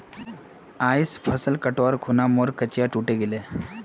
आइज फसल कटवार खूना मोर कचिया टूटे गेले